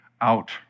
out